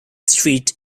street